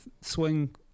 swing